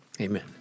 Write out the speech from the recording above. Amen